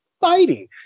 fighting